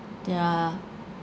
yeah